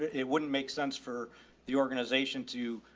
it wouldn't make sense for the organization to,